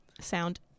sound